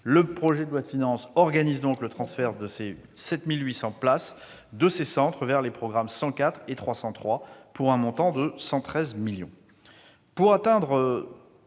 Le projet de loi de finances organise donc le transfert de ces 7 800 places de ces centres vers les programmes 104 et 303, pour un montant de 113 millions